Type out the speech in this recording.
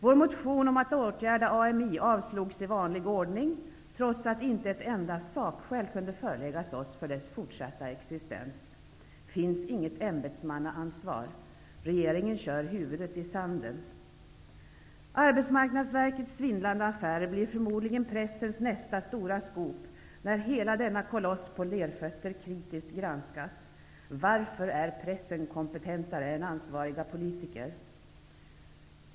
Vår motion om att åtgärda AMI avslogs i vanlig ordning -- trots att inte ett enda sakskäl kunde föreläggas oss för dess fortsatta existens. Finns inget ämbetsmannaansvar? Regeringen kör huvudet i sanden. Arbetsmarknadsverkets svindlande affärer blir förmodligen pressens nästa stora scoop, när hela denna koloss på lerfötter kritiskt granskas. Varför är pressen kompetentare än ansvariga politiker?